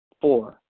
Four